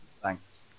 Thanks